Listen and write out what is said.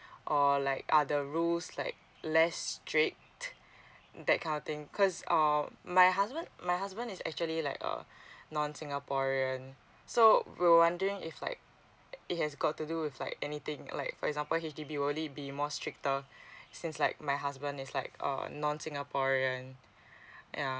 or like are the rules like less strict that kind of thing cause um my husband my husband is actually like uh non singaporean so we're wondering if like it has got to do with like anything like for example can only be more stricter since like my husband is like a a non singaporean yeah